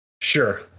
sure